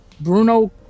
Bruno